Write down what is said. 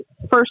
first